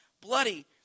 bloody